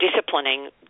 disciplining